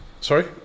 Sorry